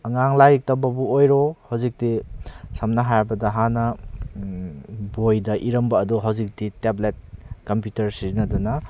ꯑꯉꯥꯡ ꯂꯥꯏꯔꯤꯛ ꯇꯝꯕꯕꯨ ꯑꯣꯏꯔꯣ ꯍꯧꯖꯤꯛꯇꯤ ꯁꯝꯅ ꯍꯥꯏꯔꯕꯗ ꯍꯥꯟꯅ ꯕꯣꯏꯗ ꯏꯔꯝꯕ ꯑꯗꯣ ꯍꯧꯖꯤꯛꯇꯤ ꯇꯦꯕ꯭ꯂꯦꯠ ꯀꯝꯄꯨꯇꯔ ꯁꯤꯖꯟꯅꯗꯨꯅ